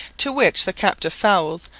to which the captive fowls,